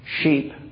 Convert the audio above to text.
Sheep